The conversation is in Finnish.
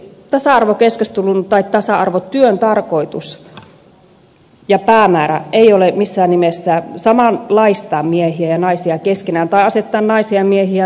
tasa arvokeskustelun tai tasa arvotyön tarkoitus ja päämäärä ei ole missään nimessä samanlaistaa miehiä ja naisia keskenään tai asettaa naisia ja miehiä toisiaan vastaan